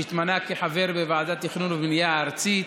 שהתמנה לחבר בוועדת התכנון והבנייה הארצית,